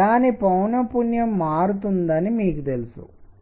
దాని పౌనఃపున్యం మారుతుందని మీకు తెలుసు